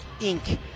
Inc